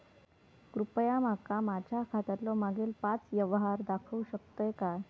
कृपया माका माझ्या खात्यातलो मागील पाच यव्हहार दाखवु शकतय काय?